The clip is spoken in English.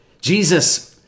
Jesus